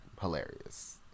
hilarious